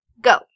go